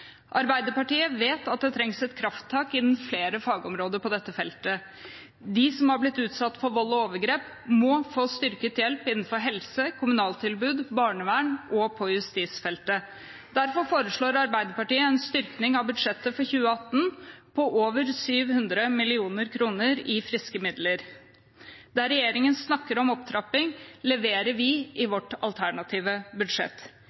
Arbeiderpartiet vet at det trengs et krafttak innen flere fagområder på dette feltet. De som har blitt utsatt for vold og overgrep, må få styrket hjelp innen helse, kommunaltilbud, barnevern og på justisfeltet. Derfor foreslår Arbeiderpartiet en styrking av budsjettet for 2018 på over 700 mill. kr i friske midler. Der regjeringen snakker om opptrapping, leverer vi i vårt alternative budsjett.